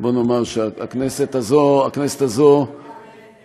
בוא נאמר שהכנסת הזאת, אחת לא הגיעה.